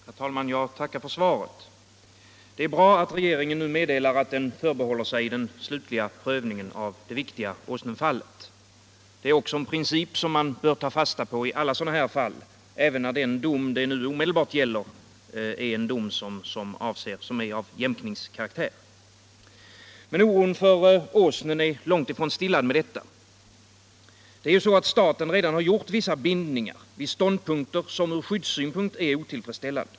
Herr talman! Jag tackar för svaret. Det är bra att regeringen nu meddelar att den förbehåller sig den slutliga prövningen av Åsnenfallet. Det är också en princip som man bör ta fasta på i alla sådana fall, även om den dom det i dag gäller är av jämkningskaraktär. Oron för sjön Åsnen är emellertid långt ifrån stillad med detta. Staten har ju redan gjort vissa bindningar vid ståndpunkter som ur skyddshänseende är otillfredsställande.